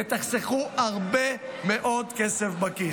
ותחסכו הרבה מאוד כסף בכיס.